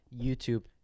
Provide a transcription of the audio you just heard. YouTube